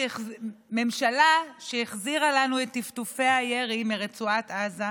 ממשלה שהחזירה לנו את טפטופי הירי מרצועת עזה,